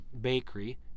bakery